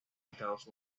estados